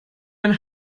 ein